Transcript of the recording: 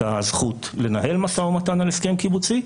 את הזכות לנהל משא ומתן על הסכם קיבוצי.